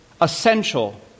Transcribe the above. essential